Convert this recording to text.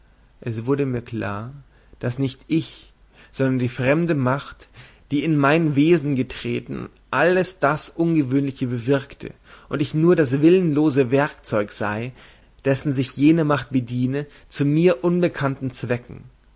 es wurde mir klar daß nicht ich sondern die fremde macht die in mein wesen getreten alles das ungewöhnliche bewirke und ich nur das willenlose werkzeug sei dessen sich jene macht bediene zu mir unbekannten zwecken